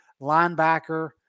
linebacker